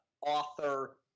author